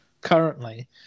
currently